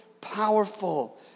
powerful